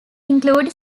include